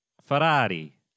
Ferrari